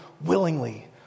willingly